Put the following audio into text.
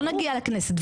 לא נגיע לכנסת,